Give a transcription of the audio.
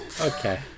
Okay